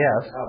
yes